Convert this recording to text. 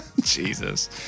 Jesus